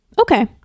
okay